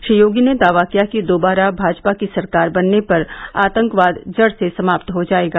श्री योगी ने दावा किया कि दोबारा भाजपा की सरकार बनने पर आतंकवाद जड़ से समाप्त हो जायेगा